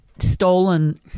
stolen